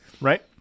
right